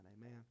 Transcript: Amen